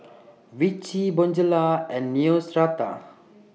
Vichy Bonjela and Neostrata